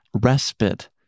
respite